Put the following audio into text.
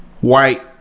white